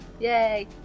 Yay